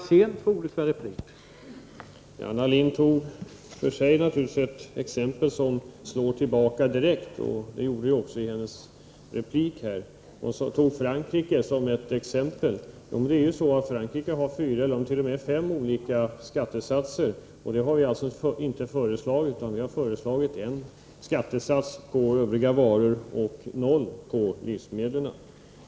Herr talman! Anna Lindh tar ett exempel som slår tillbaka direkt. Hon nämner Frankrike, där man har fyra, ja t.o.m. fem olika skattesatser. Det har vi inte föreslagit, utan vi har föreslagit en skattesats på övriga varor och noll på livsmedel.